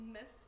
miss